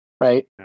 right